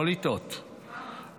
לא לטעות,